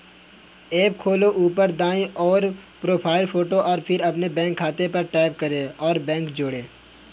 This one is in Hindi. ऐप खोलो, ऊपर दाईं ओर, प्रोफ़ाइल फ़ोटो और फिर अपने बैंक खाते पर टैप करें और बैंक जोड़ें